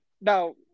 now